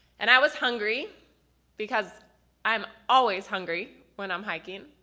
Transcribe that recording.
and i was hungry because i'm always hungry when i'm hiking.